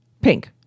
Pink